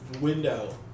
window